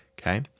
Okay